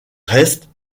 reste